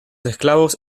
esclavos